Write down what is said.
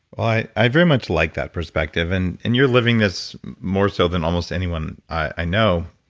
i i very much like that perspective and and you're living this more so than almost anyone i know.